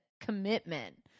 commitment